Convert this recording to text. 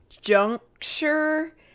juncture